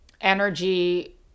energy